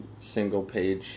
single-page